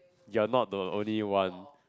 you are not the only one